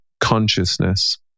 consciousness